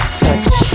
touch